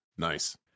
Nice